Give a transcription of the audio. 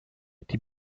die